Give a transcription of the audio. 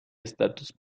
estatus